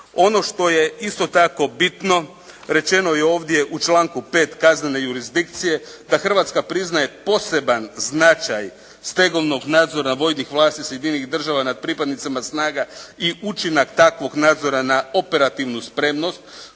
Ono što je isto tako bitno, rečeno je ovdje u članku 5. kaznene jurisdikcije da Hrvatska priznaje poseban značaj stegovnog nadzora vojnih vlasti Sjedinjenih Država nad pripadnicima snaga i učinak takvog nadzora na operativnu spremnost